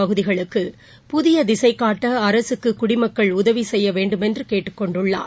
பகுதிகளுக்கு புதிய திசைக்காட்ட அரசுக்கு குடிமக்கள் உதவி செய்ய வேண்டுமென்று கேட்டுக் கொண்டுள்ளார்